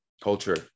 Culture